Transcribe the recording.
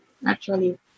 naturally